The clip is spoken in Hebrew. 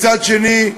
מצד שני,